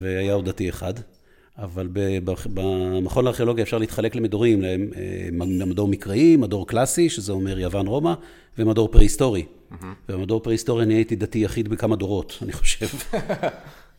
והיה עוד דתי אחד, אבל במכון לארכיאולוגיה אפשר להתחלק למדורים, למדור מקראי, מדור קלאסי, שזה אומר יוון רומא, ומדור פרי-היסטורי. ובמדור פרי-היסטורי אני הייתי דתי יחיד בכמה דורות, אני חושב.